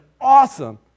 awesome